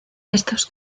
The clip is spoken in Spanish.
estos